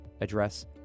address